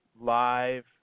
live